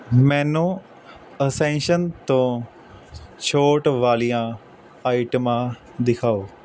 ਮੈਨੂੰ ਅਸੈਂਸ਼ਨ ਤੋਂ ਛੋਟ ਵਾਲੀਆਂ ਆਈਟਮਾਂ ਦਿਖਾਓ